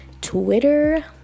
Twitter